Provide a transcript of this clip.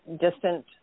distant